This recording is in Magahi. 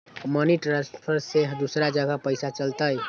मनी ट्रांसफर से दूसरा जगह पईसा चलतई?